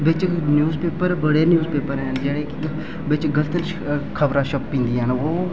बिच newspaper बड़े newspaper हैन जेह्ड़े कि बिच गल्त खबरां छपी जंदियां न ओह्